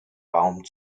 baum